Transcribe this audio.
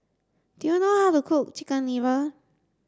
do you know how to cook chicken liver